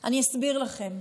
אני אסביר לכם: